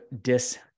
dis